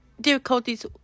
difficulties